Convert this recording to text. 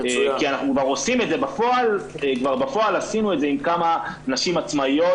כבר בפועל עשינו את זה עם כמה נשים עצמאיות